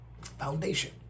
Foundation